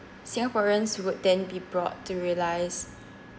singaporeans would then be brought to realise